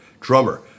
drummer